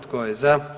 Tko je za?